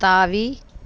தாவி